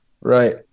right